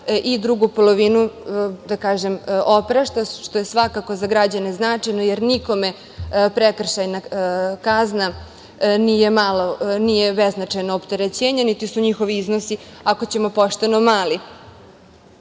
i drugu polovinu, da kažem, oprašta, što je svakako za građane značajno, jer nikome prekršajna kazna nije beznačajno opterećenje, niti su njihovi iznosi, ako ćemo pošteno,